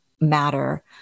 matter